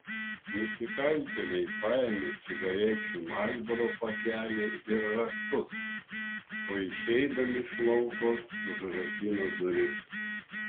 nusikaltėliai paėmė cigarečių marlboro pakelį ir raktus o išeidami iš lauko užrakino duris